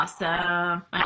Awesome